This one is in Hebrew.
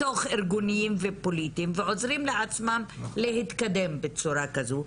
תוך-ארגוניים ופוליטיים ועוזרים לעצמם להתקדם בצורה כזו,